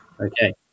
Okay